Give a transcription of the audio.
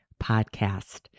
podcast